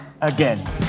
again